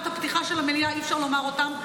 הפתיחה של המליאה אי-אפשר לומר אותם.